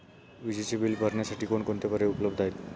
विजेचे बिल भरण्यासाठी कोणकोणते पर्याय आहेत?